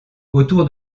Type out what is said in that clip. autour